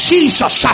Jesus